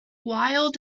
wild